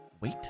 wait